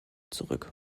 zurück